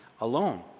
alone